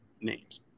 names